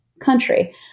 country